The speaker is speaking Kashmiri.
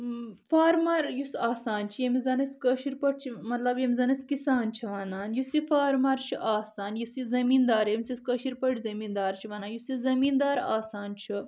فارمَر یُس آسان چھُ ییٚمس زن أسۍ کٔاشِر پاٹھۍ چھِ مطلب ییٚمس زن أسۍ کسان چھِ ونان یُس یہِ فارمَر چھُ آسان یُس یہِ زٔمیٖن دار ییٚمس أسۍ کٔاشِر پاٹھۍ زٔمین دار چھ ونان یُس یہِ زٔمین دار آسان چھُ